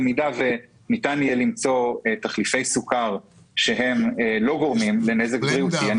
במידה וניתן יהיה למצוא תחליפי סוכר שלא גורמים לנזק בריאותי,